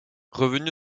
revenu